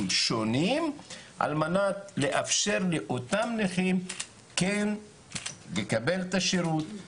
שונים על מנת לאפשר לאותם נכים כן לקבל את השירות,